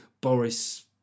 Boris